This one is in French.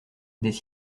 des